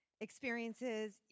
experiences